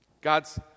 God's